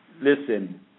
Listen